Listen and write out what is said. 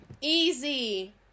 Easy